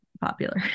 popular